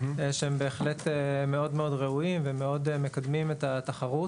שהם בהחלט מאוד ראויים ומאוד מקדמים את התחרות.